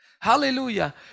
Hallelujah